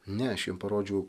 ne aš jiem parodžiau